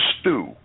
stew